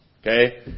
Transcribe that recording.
okay